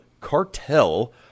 cartel